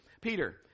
Peter